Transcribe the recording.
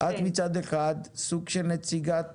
את מצד אחד, סוג של נציגת